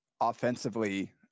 offensively